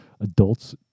adults